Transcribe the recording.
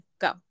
Go